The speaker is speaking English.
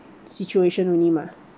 situation only mah